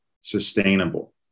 sustainable